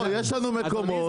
יש לנו מקומות --- אדוני,